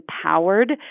empowered